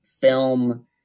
film